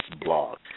blog